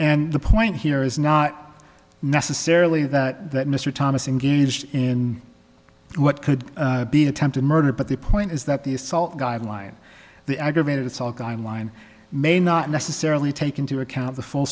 and the point here is not necessarily that that mr thomas engaged in what could be attempted murder but the point is that the assault guideline the aggravated assault on line may not necessarily take into account the full